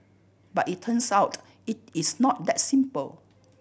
but it turns out it is not that simple